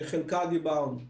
חלקה דיברנו.